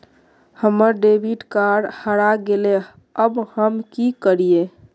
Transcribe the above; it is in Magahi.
हमर डेबिट कार्ड हरा गेले अब हम की करिये?